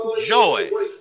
Joy